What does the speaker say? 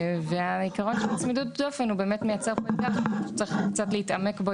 והעיקרון של צמידות דופן באמת מייצר --- צריך להתעמק בו